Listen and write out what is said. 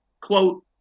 quote